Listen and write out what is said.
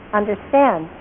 understand